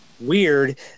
Weird